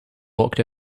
walked